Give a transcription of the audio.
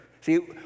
See